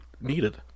needed